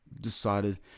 decided